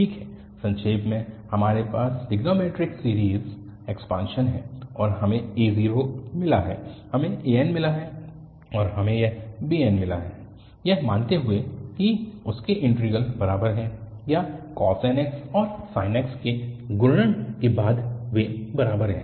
ठीक है संक्षेप में हमारे पास ट्रिग्नोंमैट्रिक सीरीज़ एक्सपान्शन है और हमें a0मिला है हमें anमिला है और हमें यह bnमिला है यह मानते हुए कि उनके इंटीग्रल बराबर हैं या cos nx और sin nx के गुणन के बाद वे बराबर हैं